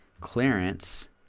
clearance